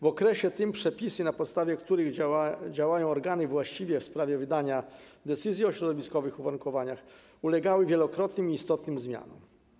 W okresie tym przepisy, na podstawie których działają organy właściwe w sprawie wydania decyzji o środowiskowych uwarunkowaniach, ulegały wielokrotnym i istotnym zmianom.